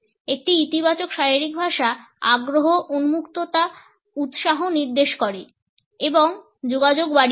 একটি ইতিবাচক শারীরিক ভাষা আগ্রহ উন্মুক্ততা উৎসাহ নির্দেশ করে এবং যোগাযোগ বাড়িয়ে তোলে